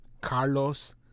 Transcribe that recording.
Carlos